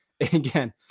again